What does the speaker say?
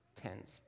tens